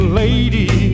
lady